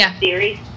series